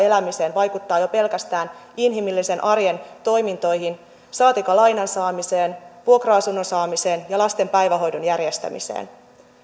elämiseen vaikuttaa jo pelkästään inhimillisen arjen toimintoihin saatikka lainan saamiseen vuokra asunnon saamiseen ja lasten päivähoidon järjestämiseen